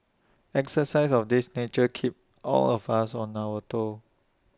exercises of this nature keep all of us on our toes